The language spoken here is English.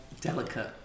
Delicate